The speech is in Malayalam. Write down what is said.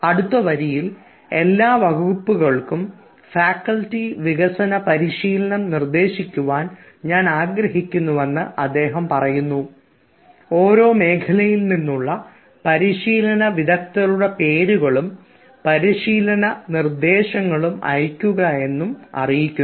അടുത്ത വരിയിൽ എല്ലാ വകുപ്പുകൾക്കും ഫാക്കൽറ്റി വികസന പരിശീലനം നിർദ്ദേശിക്കാൻ ഞാൻ ആഗ്രഹിക്കുന്നുവെന്ന് അദ്ദേഹം പറയുന്നു ഓരോ മേഖലയിൽനിന്നുള്ള പരിശീലന വിദഗ്ധരുടെ പേരുകൾക്കും പരിശീലനം നിർദ്ദേശങ്ങളും അയയ്ക്കുക എന്ന് അറിയിക്കുന്നു